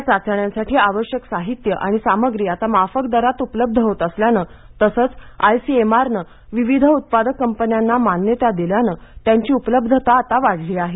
या चाचण्यांसाठी आवश्यक साहित्य आणि सामग्री आता माफक दरात उपलब्ध होत असल्यानं तसंच आयसीएमआरने विविध उत्पादक कंपन्यांना मान्यता दिल्याने त्यांची उपलब्धता आता वाढली आहे